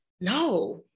no